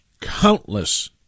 countless